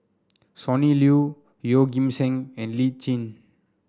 Sonny Liew Yeoh Ghim Seng and Lee Tjin